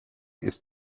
ist